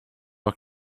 are